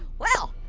well,